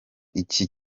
iki